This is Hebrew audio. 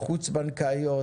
חוץ בנקאיות,